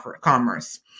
commerce